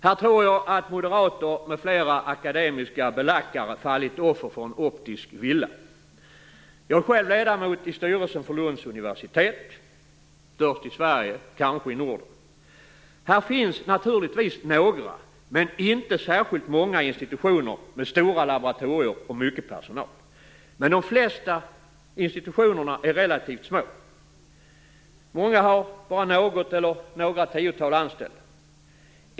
Här tror jag att moderater m.fl. akademiska belackare fallit offer för en optisk villa. Jag är själv ledamot i styrelsen för Lunds universitet - störst i Sverige och kanske i Norden. Här finns naturligtvis några - men inte särskilt många - institutioner med stora laboratorier och mycket personal. Men de flesta institutionerna är relativt små. Många har bara något eller några tiotal anställda.